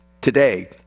today